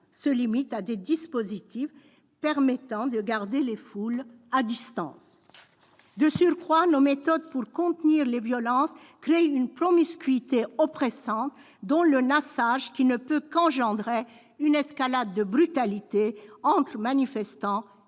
se limitent à des dispositifs permettant de garder les foules à distance. De surcroît, nos méthodes pour contenir les violences créent une promiscuité oppressante, dont le nassage, qui ne peut qu'engendrer une escalade de la brutalité entre policiers